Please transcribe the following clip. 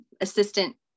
assistant